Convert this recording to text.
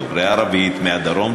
דוברי ערבית מהדרום,